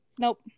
Nope